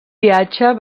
viatge